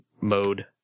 mode